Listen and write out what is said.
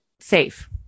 safe